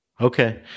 Okay